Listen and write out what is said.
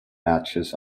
matches